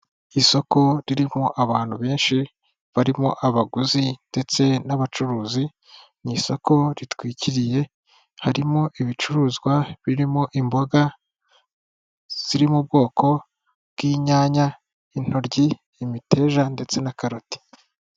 Isoko ririmo abantu benshi barimo abaguzi ndetse n'abacuruzi, ni isoko ritwikiriye harimo ibicuruzwa birimo imboga ziri mu bwoko bw'inyanya, intoryi, imiteja ndetse na karoti.